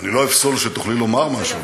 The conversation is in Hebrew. אני לא אפסול שתוכלי לומר משהו.